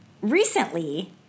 Recently